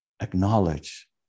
acknowledge